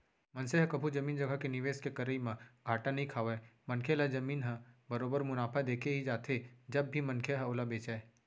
मनसे ह कभू जमीन जघा के निवेस के करई म घाटा नइ खावय मनखे ल जमीन ह बरोबर मुनाफा देके ही जाथे जब भी मनखे ह ओला बेंचय